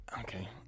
okay